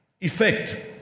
effect